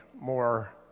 more